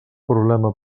problema